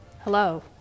Hello